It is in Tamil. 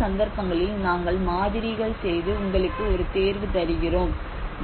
பல சந்தர்ப்பங்களில் நாங்கள் மாதிரிகள் செய்து உங்களுக்கு ஒரு தேர்வு தருகிறோம்